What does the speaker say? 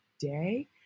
day